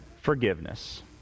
forgiveness